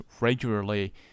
regularly